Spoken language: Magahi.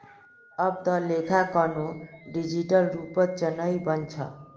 अब त लेखांकनो डिजिटल रूपत चनइ वल छ